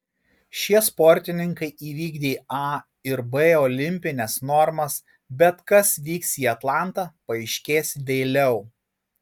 šie sportininkai įvykdė a ir b olimpines normas bet kas vyks į atlantą paaiškės vėliau